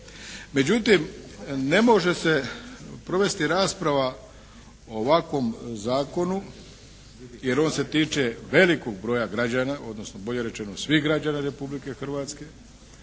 Međutim, ne može se provesti rasprava o ovakvom Zakonu jer on se tiče velikog broja građana, odnosno bolje rečeno svih građana Republike Hrvatske,